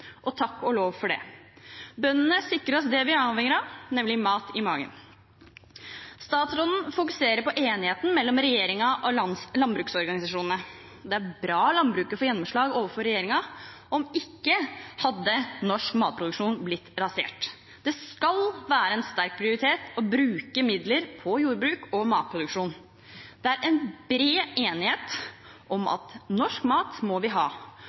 og takk og lov for det. Bøndene sikrer oss det vi er avhengige av, nemlig mat i magen. Statsråden fokuserer på enigheten mellom regjeringen og landbruksorganisasjonene. Det er bra at landbruket får gjennomslag overfor regjeringen. Om ikke, hadde norsk matproduksjon blitt rasert. Det skal være en sterk prioritet å bruke midler på jordbruk og matproduksjon. Det er bred enighet om at norsk mat må vi ha,